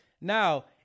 Now